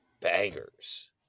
bangers